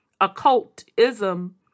Occultism